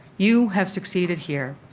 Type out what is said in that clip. you have succeeded here.